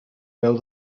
peu